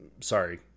sorry